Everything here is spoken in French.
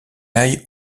aille